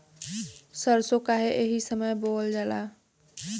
सरसो काहे एही समय बोवल जाला?